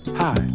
hi